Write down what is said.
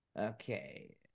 Okay